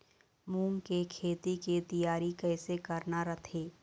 मूंग के खेती के तियारी कइसे करना रथे?